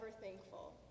thankful